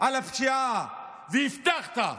על הפשיעה, והבטחת.